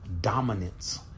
dominance